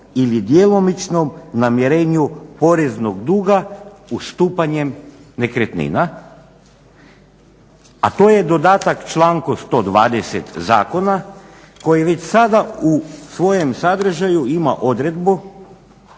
ili djelomičnom namirenju poreznog duga ustupanjem nekretnina, a to je dodatak članku 120. zakona koji već sada u svojem sadržaju ima odredbu